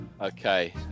okay